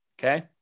okay